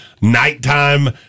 Nighttime